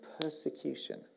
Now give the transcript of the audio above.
persecution